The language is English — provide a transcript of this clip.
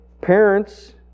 parents